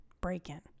break-in